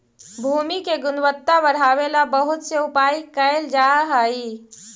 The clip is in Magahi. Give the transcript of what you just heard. भूमि के गुणवत्ता बढ़ावे ला बहुत से उपाय कैल जा हई